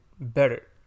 better